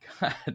God